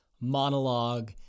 monologue